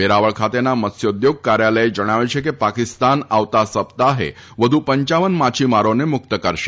વેરાવળ ખાતેના મત્સ્યોદ્યોગ કાર્યાલયે જણાવ્યું છે કે પાકિસ્તાન આવતા સપ્તાજે વધુ પપ માછીમારોને મુક્ત કરશે